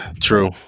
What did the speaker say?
true